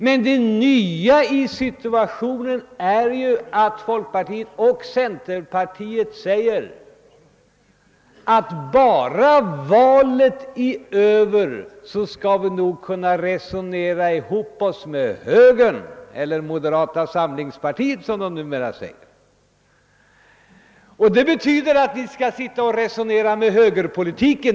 Men det nya i situationen är ju, att folkpartiet och centerpartiet säger att bara valet är över, skall vi nog kunna resonera ihop oss med högern eller moderata samlingspartiet som det numera kallar sig. Det betyder att ni skall sitta och resonera med högerpolitiker.